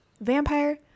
Vampire